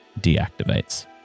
deactivates